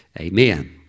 amen